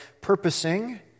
purposing